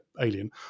alien